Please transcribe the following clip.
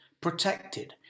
protected